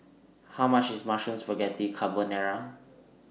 How much IS Mushroom Spaghetti Carbonara